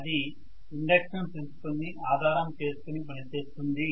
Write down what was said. అది induction principle ని ఆధారం చేసుకొని పనిచేస్తుంది